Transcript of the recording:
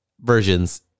versions